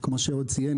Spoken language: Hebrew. כמו שהוד ציין,